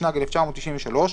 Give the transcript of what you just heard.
התשנ"ג 1993,